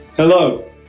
Hello